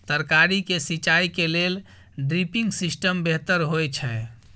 तरकारी के सिंचाई के लेल ड्रिपिंग सिस्टम बेहतर होए छै?